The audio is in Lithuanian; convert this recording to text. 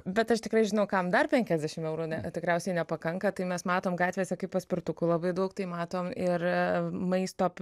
bet aš tikrai žinau kam dar penkiasdešimt eurų ne tikriausiai nepakanka tai mes matom gatvėse kaip paspirtukų labai daug tai matom ir maisto